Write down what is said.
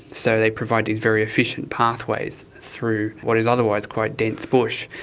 so they provide these very efficient pathways through what is otherwise quite dense bush.